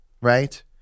right